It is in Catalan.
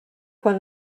quan